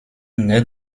nait